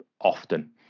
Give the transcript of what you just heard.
often